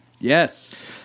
Yes